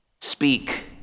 speak